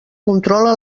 controla